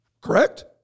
Correct